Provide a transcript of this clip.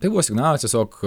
tai buvo signalas tiesiog